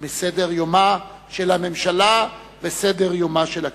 מסדר-יומה של הממשלה ומסדר-יומה של הכנסת.